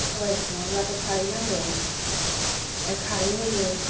सबाय सङोब्लाथ' खारै नांगौ खारै होयो